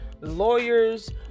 lawyers